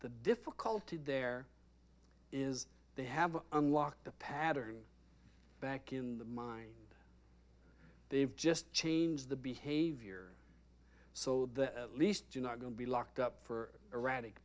the difficulty there is they have unlocked the pattern back in the mind they've just change the behavior so that at least you're not going to be locked up for erratic